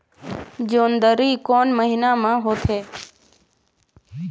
जोंदरी कोन महीना म होथे?